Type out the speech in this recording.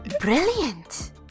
Brilliant